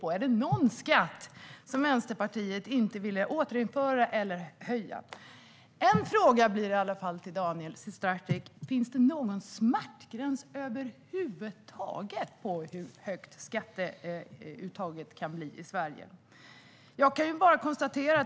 Finns det någon skatt som Vänsterpartiet inte vill återinföra eller höja? Jag har en fråga till Daniel Sestrajcic: Finns det någon smärtgräns över huvud taget för hur högt skatteuttaget kan bli i Sverige?